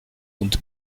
und